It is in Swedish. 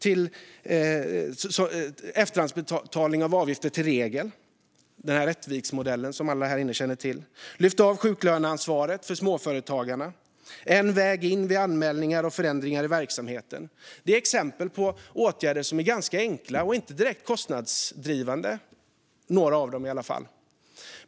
Gör efterhandsbetalningar av avgifter till regel, den så kallade Rättviksmodellen som alla här inne känner till. Lyft bort sjuklöneansvaret från småföretagarna. En väg in vid anmälningar och förändringar i verksamheten. Det här är exempel på åtgärder som är ganska enkla och inte direkt kostnadsdrivande - några av dem, i alla fall.